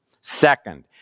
Second